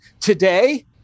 Today